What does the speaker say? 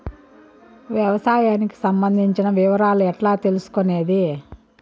వ్యవసాయానికి సంబంధించిన వివరాలు ఎట్లా తెలుసుకొనేది?